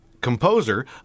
composer